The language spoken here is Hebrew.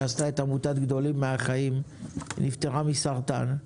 שהקימה את עמותת "גדולים מהחיים" ונפטרה מסרטן.